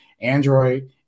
Android